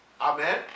Amen